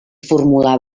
formular